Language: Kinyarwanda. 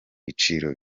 biciro